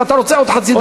ואתה רוצה עוד חצי דקה.